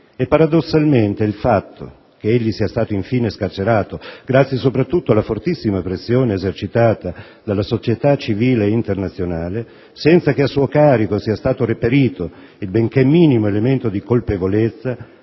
E, paradossalmente, il fatto che egli sia stato infine scarcerato, grazie soprattutto alla fortissima pressione esercitata dalla società civile internazionale, senza che a suo carico sia stato reperito il benché minimo elemento di colpevolezza,